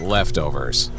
Leftovers